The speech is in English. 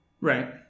Right